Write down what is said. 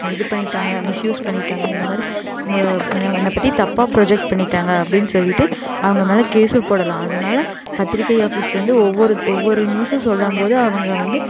இது பண்ணிட்டாங்க மிஸ்யூஸ் பண்ணிகிட்டாங்க இந்த மாதிரி என்னோடய என்னை என்னை பற்றி தப்பாக ப்ரொஜெக்ட் பண்ணிகிட்டாங்க அப்படின்னு சொல்லிட்டு அவங்க மேல் கேஸும் போடலாம் அதனால் பத்திரிக்கை ஆஃபீஸ் வந்து ஒவ்வொரு ஒவ்வொரு நியூஸும் சொல்லும் போது அவங்க வந்து